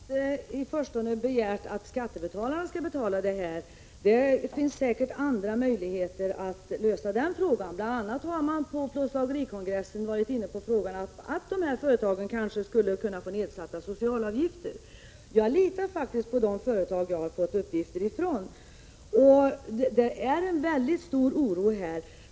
Fru talman! Jag har inte i förstone begärt att skattebetalarna skall stå för kostnaderna. Det finns säkert andra möjligheter att lösa problemet, men det går inte att ta mer betalt. Bl. a. var man på plåtslagerikongressen inne på att dessa företag kanske skulle kunna få nedsatta socialavgifter. Jag litar på de företag som jag fått uppgifter ifrån. Oron är stor.